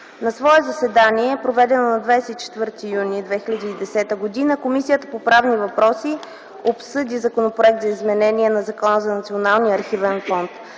На свое заседание, проведено на 24 юни 2010 г., Комисията по правни въпроси обсъди Законопроекта за изменение на Закона за Националния архивен фонд.